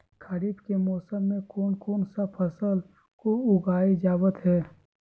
खरीफ के मौसम में कौन कौन सा फसल को उगाई जावत हैं?